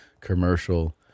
commercial